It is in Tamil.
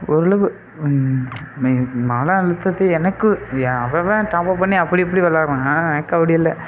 ஓரளவு மன அழுத்தத்தை எனக்கு அவ்வளோவா டாப்அப் பண்ணி அப்படி இப்படி விளாட்றாங்க எனக்கு அப்படி இல்லை